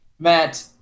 Matt